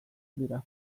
dira